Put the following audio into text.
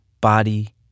body